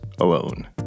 alone